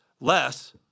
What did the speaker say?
less